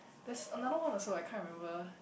that's another one also I can't remember